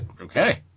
Okay